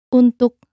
untuk